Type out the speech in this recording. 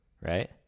right